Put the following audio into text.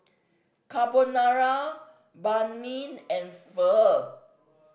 Carbonara Banh Mi and Pho